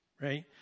right